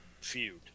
feud